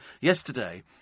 Yesterday